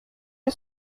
est